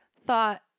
thought